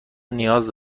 نیاز